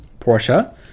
porsche